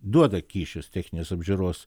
duoda kyšius techninės apžiūros